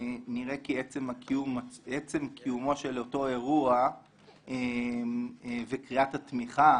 נראה כי עצם קיומו של אותו אירוע וקריאת התמיכה